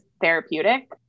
therapeutic